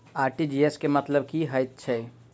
RTGS केँ मतलब की हएत छै?